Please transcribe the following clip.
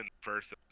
first